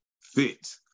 fit